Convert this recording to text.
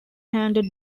handed